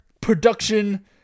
production